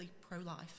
pro-life